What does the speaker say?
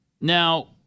Now